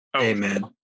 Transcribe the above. Amen